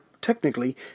technically